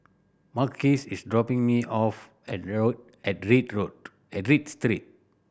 Marquise is dropping me off at rail at read road at Read Street